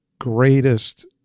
greatest